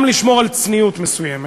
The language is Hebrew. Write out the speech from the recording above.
גם לשמור על צניעות מסוימת.